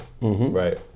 right